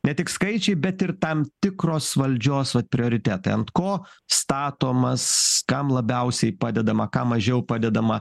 ne tik skaičiai bet ir tam tikros valdžios vat prioritetai ant ko statomas kam labiausiai padedama kam mažiau padedama